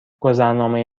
گذرنامه